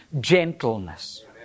gentleness